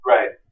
Right